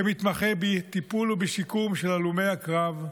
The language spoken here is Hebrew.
שמתמחה בטיפול ובשיקום של הלומי הקרב,